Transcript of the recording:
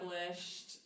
established